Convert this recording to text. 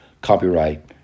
copyright